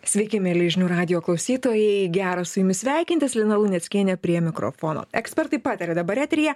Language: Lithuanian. sveiki mieli žinių radijo klausytojai gera su jumis sveikintis lina luneckienė prie mikrofono ekspertai pataria dabar eteryje